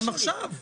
גם עכשיו.